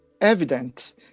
evident